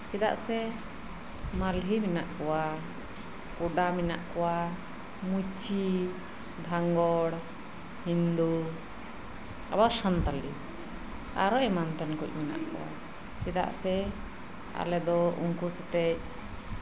ᱪᱮᱫᱟᱜ ᱥᱮ ᱢᱟᱞᱦᱮ ᱢᱮᱱᱟᱜ ᱠᱚᱣᱟ ᱠᱳᱰᱟ ᱢᱮᱱᱟᱜ ᱠᱚᱣᱟ ᱢᱩᱪᱤ ᱫᱷᱟᱸᱜᱚᱲ ᱦᱤᱱᱫᱩ ᱟᱵᱟᱨ ᱥᱟᱱᱛᱟᱲ ᱟᱨᱚ ᱮᱢᱟᱱ ᱛᱮᱱ ᱠᱚ ᱢᱮᱱᱟᱜ ᱠᱚᱣᱟ ᱪᱮᱫᱟᱜ ᱥᱮ ᱟᱞᱮ ᱫᱚ ᱩᱱᱠᱩ ᱥᱟᱛᱮᱜ